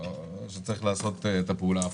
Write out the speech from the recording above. שצריך לעשות את הפעולה ההפוכה.